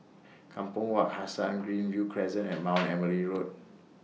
Kampong Wak Hassan Greenview Crescent and Mount Emily Road